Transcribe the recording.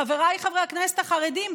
חבריי חברי הכנסת החרדים,